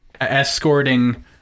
escorting